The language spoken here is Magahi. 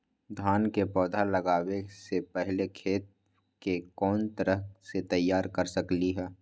धान के पौधा लगाबे से पहिले खेत के कोन तरह से तैयार कर सकली ह?